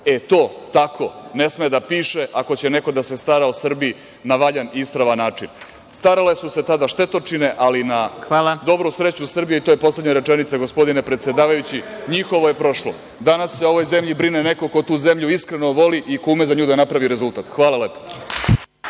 e, to tako ne sme da piše ako će neko da se stara o Srbiji na valjan i ispravan način. Starale su se tada štetočine, ali na dobru sreću Srbije, to je poslednja rečenica gospodine predsedavajući, njihovo je prošlo. Danas se o ovoj zemlji brine neko ko tu iskreno voli i ko ume za nju da napravi rezultat. Hvala lepo.